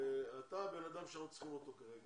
אתה הבן אדם שאנחנו צריכים אותו כרגע,